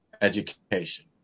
education